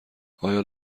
آیا